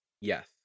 Yes